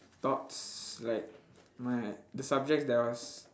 thoughts like my the subjects that I was